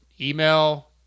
email